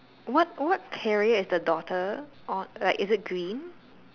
what what carrier is the daughter on like is it green